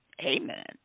Amen